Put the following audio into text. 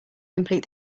complete